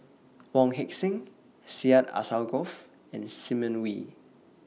Wong Heck Sing Syed Alsagoff and Simon Wee